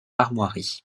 armoiries